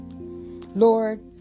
Lord